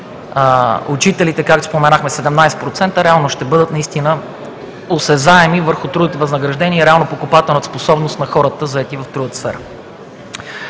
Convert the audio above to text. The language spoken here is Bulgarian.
учителите, както споменахме, 17% реално ще бъдат наистина осезаеми върху трудовите възнаграждения и реалната покупателна способност на хората, заети в трудовата сфера.